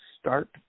start